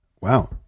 Wow